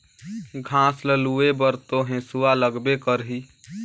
घास ल लूए बर तो हेसुआ लगबे करही